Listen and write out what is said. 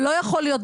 ולא יכול להיות,